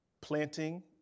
planting